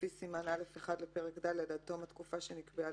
לפי סימן א'1 לפרק ד עד תום התקופה שנקבעה